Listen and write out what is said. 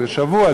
לשבוע,